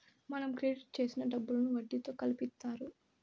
మనం క్రెడిట్ చేసిన డబ్బులను వడ్డీతో కలిపి ఇత్తారు